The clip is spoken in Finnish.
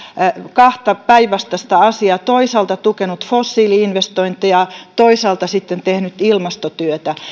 kahta päinvastaista asiaa toisaalta tukenut fossiili investointeja toisaalta tehnyt ilmastotyötä